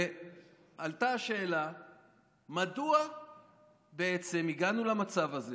ועלתה שאלה מדוע בעצם הגענו למצב הזה